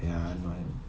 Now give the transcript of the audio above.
ya I know I know